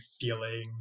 feeling